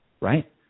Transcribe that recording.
right